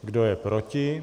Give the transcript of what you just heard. Kdo je proti?